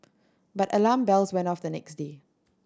but alarm bells went off the next day